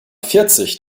vierzig